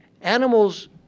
Animals